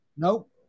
nope